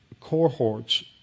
cohorts